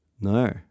no